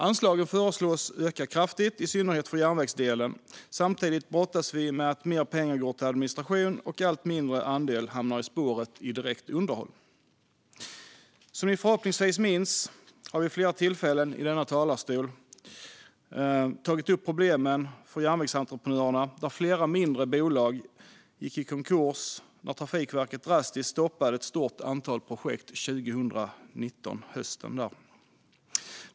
Anslagen föreslås öka kraftigt, i synnerhet för järnvägsdelen. Samtidigt brottas vi med att mer pengar går till administration och en allt mindre andel till direkt underhåll av spår. Som ni förhoppningsvis minns har jag vid flera tillfällen i denna talarstol tagit upp problemen för järnvägsentreprenörerna, där flera mindre bolag gick i konkurs när Trafikverket drastiskt stoppade ett stort antal projekt på hösten 2019.